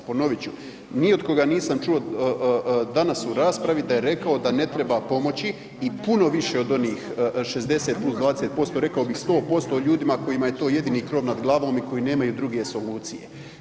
Ponovit ću, ni od koga nisam čuo danas u raspravi da je rekao da ne treba pomoći i puno više od onih 60+20% rekao bih 100% ljudima kojima je to jedini krov nad glavom i koji nemaju druge solucije.